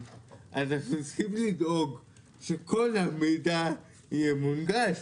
אנחנו צריכים לדאוג שכל המידע יהיה מונגש.